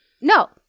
No